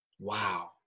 Wow